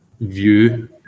view